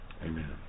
amen